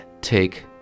take